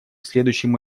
следующему